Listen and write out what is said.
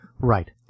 Right